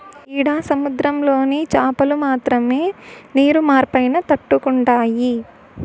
ఈడ సముద్రంలోని చాపలు మాత్రమే నీరు మార్పైనా తట్టుకుంటాయి